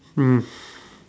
mm